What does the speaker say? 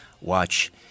watch